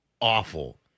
awful